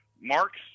Mark's